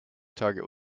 target